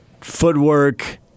footwork